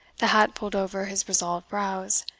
the hat pulled over his resolved brows,